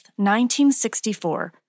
1964